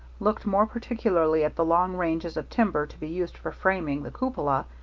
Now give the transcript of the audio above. looked more particularly at the long ranges of timber to be used for framing the cupola,